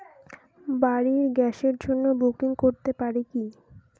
বাড়ির গ্যাসের জন্য বুকিং করতে পারি কি?